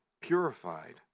purified